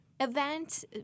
event